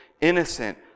innocent